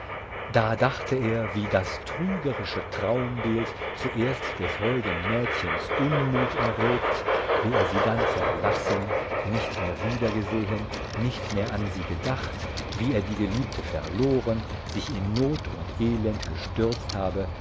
da dachte er wie das trügerische traumbild zuerst des holden mädchens unmut erregt wie er sie dann verlassen nicht mehr wiedergesehen nicht mehr an sie gedacht wie er die geliebte verloren sich in not und elend gestürzt habe